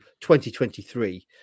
2023